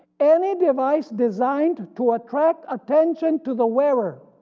any device designed to attract attention to the wearer